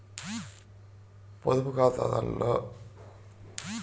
పొదుపుఖాతాల్లో బ్యేంకులు పెట్టిన పరిమితికి లోబడే డబ్బుని తియ్యగలం